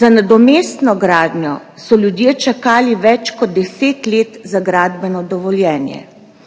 Za nadomestno gradnjo so ljudje čakali več kot 10 let za gradbeno dovoljenje,